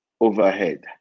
overhead